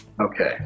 Okay